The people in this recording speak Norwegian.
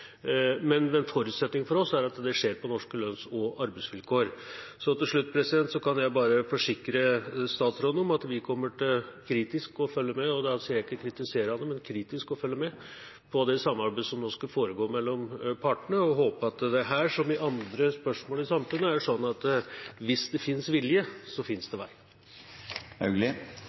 men forutsetningen for oss er at det skjer på norske lønns- og arbeidsvilkår. Til slutt kan jeg forsikre statsråden om at vi kommer til kritisk å følge med – og da sier jeg ikke kritisere – men kritisk å følge med på det samarbeidet som nå skal foregå mellom partene, og håper at det her som i andre spørsmål i samfunnet er slik at hvis det finnes vilje, finnes det